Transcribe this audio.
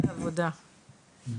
בזום.